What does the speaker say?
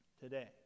today